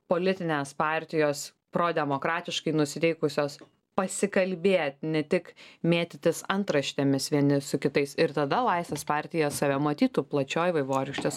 politinės partijos pro demokratiškai nusiteikusios pasikalbėt ne tik mėtytis antraštėmis vieni su kitais ir tada laisvės partija save matytų plačioje vaivorykštės